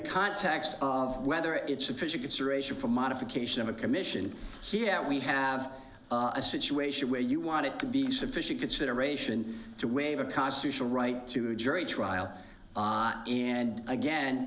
context of whether it's official consideration for modification of a commission here we have a situation where you want it could be sufficient consideration to waive a constitutional right to a jury trial and again